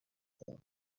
کردم